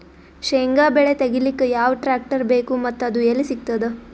ಶೇಂಗಾ ಬೆಳೆ ತೆಗಿಲಿಕ್ ಯಾವ ಟ್ಟ್ರ್ಯಾಕ್ಟರ್ ಬೇಕು ಮತ್ತ ಅದು ಎಲ್ಲಿ ಸಿಗತದ?